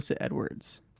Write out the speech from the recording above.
Edwards